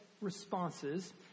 responses